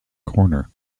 corner